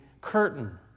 curtain